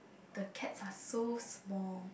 the cats are so small